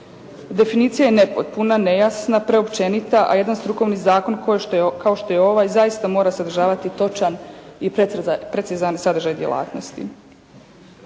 Definicija je nepotpuna, nejasna, preopćenita a jedan strukovni zakon kao što je ovaj zaista mora sadržavati točan i precizan sadržaj djelatnosti.